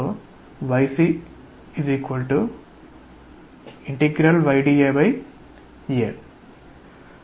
yc Ay dAA